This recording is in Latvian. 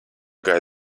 gāja